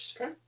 Okay